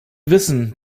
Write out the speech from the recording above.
wissen